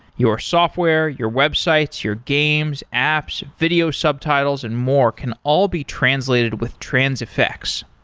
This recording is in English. your software, your websites, your games, apps, video subtitles and more can all be translated with transifex.